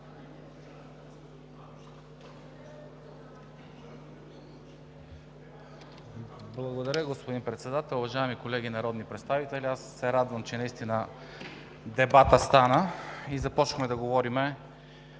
Благодаря, господин Председател. Уважаеми колеги народни представители, аз се радвам, че наистина дебатът стана и започнахме да говорим